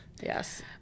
Yes